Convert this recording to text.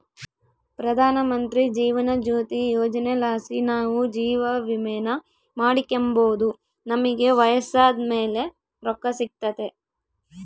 ಪ್ರಧಾನಮಂತ್ರಿ ಜೀವನ ಜ್ಯೋತಿ ಯೋಜನೆಲಾಸಿ ನಾವು ಜೀವವಿಮೇನ ಮಾಡಿಕೆಂಬೋದು ನಮಿಗೆ ವಯಸ್ಸಾದ್ ಮೇಲೆ ರೊಕ್ಕ ಸಿಗ್ತತೆ